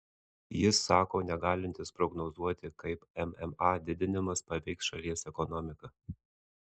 jis sako negalintis prognozuoti kaip mma didinimas paveiks šalies ekonomiką